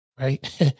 right